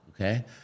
okay